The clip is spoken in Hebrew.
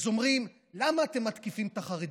אז אומרים: למה אתם מתקיפים את החרדים?